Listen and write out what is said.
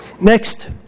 Next